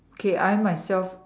okay I myself